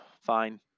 fine